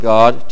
God